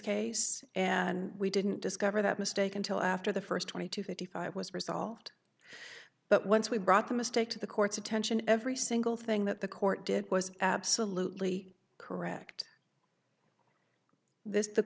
case and we didn't discover that mistake until after the first twenty two fifty five was resolved but once we brought the mistake to the court's attention every single thing that the court did was absolutely correct this the